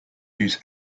use